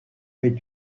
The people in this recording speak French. mais